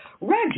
Reggie